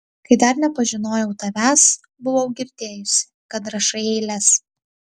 kai dar nepažinojau tavęs buvau girdėjusi kad rašai eiles